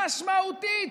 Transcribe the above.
משמעותית,